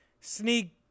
sneak